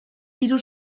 hiru